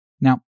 Now